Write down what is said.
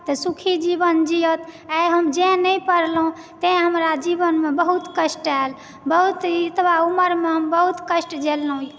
तऽ सुखी जीवन जियत आइ हम जैं नहि पढ़लहुँ तैं हमरा जीवनमे बहुत कष्ट आयल बहुत ही एतबा उमरमे हम बहुत कष्ट झेललहुं यऽ